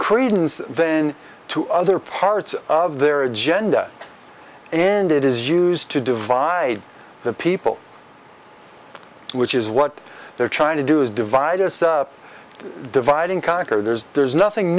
credence then to other parts of their agenda and it is used to divide the people which is what they're trying to do is divide us divide and conquer there's there's nothing